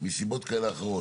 מסיבות כאלה או אחרות.